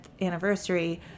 anniversary